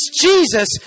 Jesus